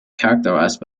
characterized